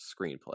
screenplay